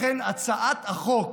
לכן, הצעת החוק